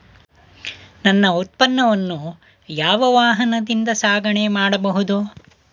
ನನ್ನ ಉತ್ಪನ್ನವನ್ನು ಯಾವ ವಾಹನದಿಂದ ಸಾಗಣೆ ಮಾಡಬಹುದು?